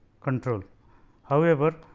control however,